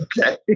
okay